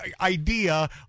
idea